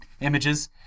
images